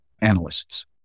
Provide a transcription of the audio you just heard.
analysts